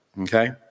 Okay